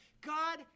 God